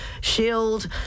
shield